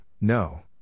no